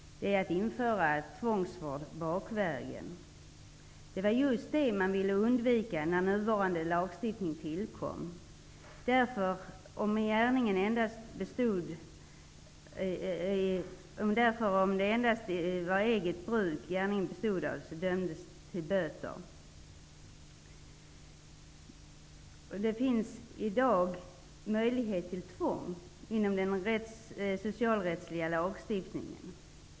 Det är att införa tvångsvård bakvägen. Det var just det man ville undvika när nuvarande lagstiftning tillkom. Om gärningen endast bestod av eget bruk dömdes till böter. Det finns i dag möjlighet till tvång inom den socialrättsliga lagstiftningen.